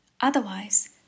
Otherwise